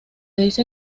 dice